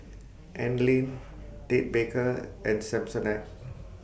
Anlene Ted Baker and Samsonite